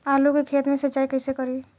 आलू के खेत मे सिचाई कइसे करीं?